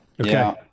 Okay